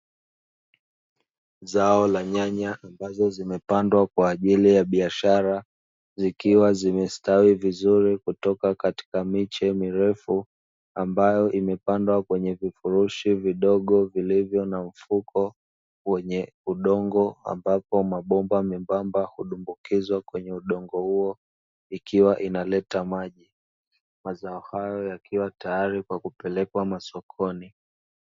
Zao la nyanya ambazo zimepandwa kwa ajili ya biashara zikiwa zimestawi vizuri kutoka katika miche mirefu ambayo imepandwa kwenye vifurushi vidogo vilivyo na mfuko wenye udongo, ambapo mabomba membamba hudumakizwa kwenye udongo huo ikiwa inaleta maji mazao hayo yakiwa tayari kwa kupelekwa masokoni.